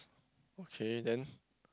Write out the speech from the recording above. okay then